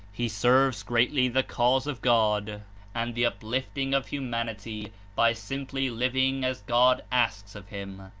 he serves greatly the cause of god and the uplifting of humanity by simply living as god asks of him.